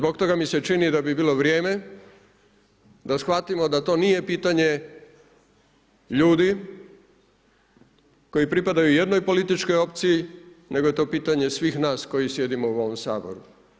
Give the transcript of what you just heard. I zbog toga mi se čini da bi bilo vrijeme da shvatimo da to nije pitanje ljudi koji pripadaju jednoj političkoj opciji, nego je to pitanje svih nas koji sjedimo u ovom Saboru.